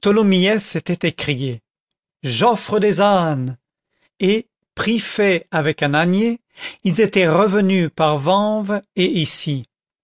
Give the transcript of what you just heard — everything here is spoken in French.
s'était écrié j'offre des ânes et prix fait avec un ânier ils étaient revenus par vanves et issy